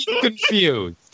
confused